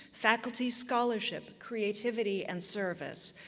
faculty scholarship, creativity, and service,